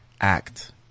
act